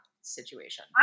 situation